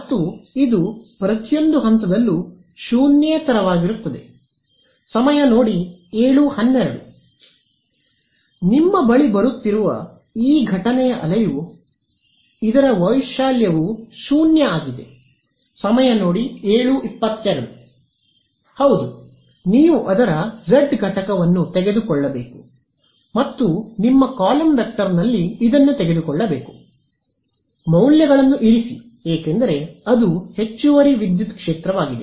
ಮತ್ತು ಇದು ಪ್ರತಿಯೊಂದು ಹಂತದಲ್ಲೂ ಶೂನ್ಯೇತರವಾಗಿರುತ್ತದೆ ನಿಮ್ಮ ಬಳಿ ಬರುತ್ತಿರುವ ಈ ಘಟನೆಯ ಅಲೆಯ ವೈಶಾಲ್ಯವು 0 ಆಗಿದೆ ಹೌದು ನೀವು ಅದರ z ಘಟಕವನ್ನು ತೆಗೆದುಕೊಳ್ಳಬೇಕು ಮತ್ತು ನಿಮ್ಮ ಕಾಲಮ್ ವೆಕ್ಟರ್ನಲ್ಲಿ ಇದನ್ನು ತೆಗೆದುಕೊಳ್ಳಬೇಕು ಮೌಲ್ಯಗಳಲ್ಲಿ ಇರಿಸಿ ಏಕೆಂದರೆ ಅದು ಹೆಚ್ಚುವರಿ ವಿದ್ಯುತ್ ಕ್ಷೇತ್ರವಾಗಿದೆ